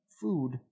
food